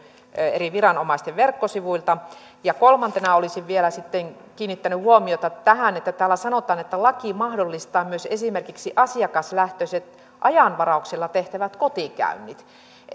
eri viranomaisten verkkosivuilta kolmantena olisin vielä sitten kiinnittänyt huomiota tähän kun täällä sanotaan että laki mahdollistaa myös esimerkiksi asiakaslähtöiset ajanvarauksella tehtävät kotikäynnit